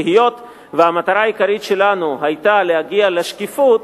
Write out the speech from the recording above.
והיות שהמטרה העיקרית שלנו היתה להגיע לשקיפות,